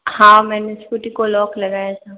हाँ मैंने स्कूटी को लॉक लगाया था